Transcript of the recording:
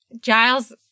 Giles